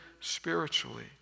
spiritually